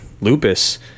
lupus